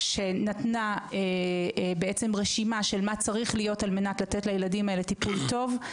שנתנה בעצם רשימה של מה צריך להיות על מנת לתת לילדים האלה טיפול טוב.